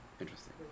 Interesting